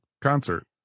concert